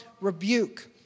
rebuke